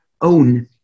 own